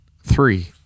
three